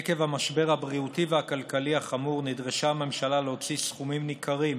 עקב המשבר הבריאותי והכלכלי החמור נדרשה הממשלה להוציא סכומים ניכרים